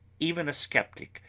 even a sceptic,